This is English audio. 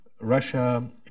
Russia